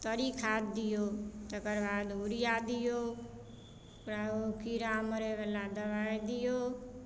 तरी खाद दियौ तकरबाद यूरिया दियौ ओकरा ओ किड़ा मरैवला दबाइ दियौ